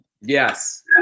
Yes